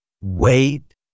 wait